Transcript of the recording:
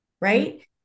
right